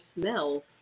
smells